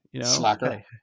Slacker